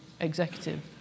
executive